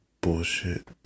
bullshit